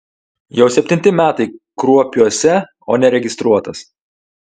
jau septinti metai kruopiuose o neregistruotas